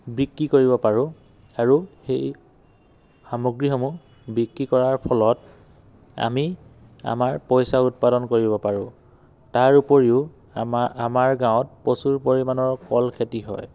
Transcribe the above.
বিক্ৰী কৰিব পাৰোঁ আৰু সেই সামগ্ৰীসমূহ বিক্ৰী কৰাৰ ফলত আমি আমাৰ পইচা উৎপাদন কৰিব পাৰোঁ তাৰোপৰিও আমা আমাৰ গাৱঁত প্ৰচুৰ পৰিমাণৰ কল খেতি হয়